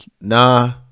Nah